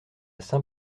saint